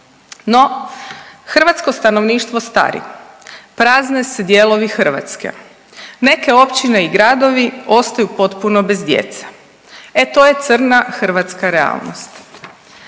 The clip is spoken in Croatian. No hrvatsko stanovništvo stari, prazne se dijelovi Hrvatske, neke općine i gradovi ostaju potpuno bez djece, e to je crna hrvatska realnost.